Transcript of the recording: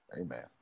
Amen